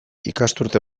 ikasturte